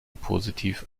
positiv